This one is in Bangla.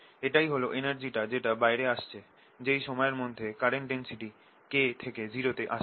এটাই হল এনার্জিটা যেটা বাইরে আসছে যেই সময়ের মধ্যে কারেন্ট ডেন্সিটি K থেকে 0 তে আসছে